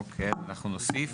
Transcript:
אוקיי, אנחנו נוסיף.